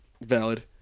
valid